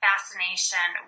fascination